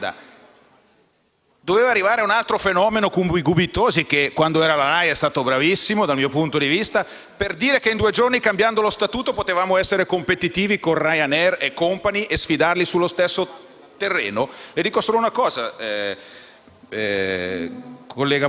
doveva arrivare un altro fenomeno come Gubitosi (che alla Rai è stato bravissimo, dal mio punto di vista) per dire che, in due giorni, cambiando lo Statuto, potevamo essere competitivi con Ryanair e *company* e sfidarle sullo stesso terreno? Collega Morando,